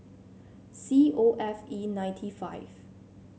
C O F E ninety five